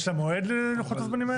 יש מועד ללוחות הזמנים האלה?